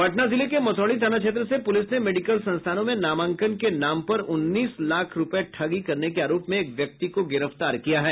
पटना जिले के मसौढ़ी थाना क्षेत्र से पुलिस ने मेडिकल संस्थानों में नामांकन के नाम पर उन्नीस लाख रूपये ठगी करने के आरोप में एक व्यक्ति को गिरफ्तार किया है